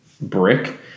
brick